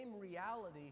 reality